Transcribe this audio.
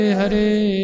Hare